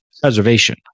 preservation